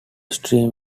stream